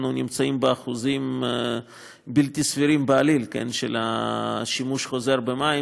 אנחנו נמצאים באחוזים בלתי סבירים בעליל של שימוש חוזר במים,